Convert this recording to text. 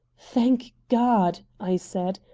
thank god! i said.